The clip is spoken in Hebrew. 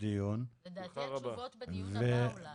לדעתי התשובות בדיון הבא אולי.